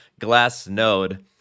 Glassnode